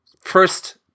first